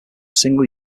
single